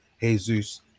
Jesus